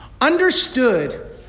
understood